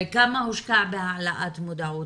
כמה הושקע בהעלאות מודעות,